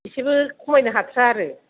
एसेबो खमायनो हाथ्रा आरो